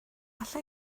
alla